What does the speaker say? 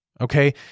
Okay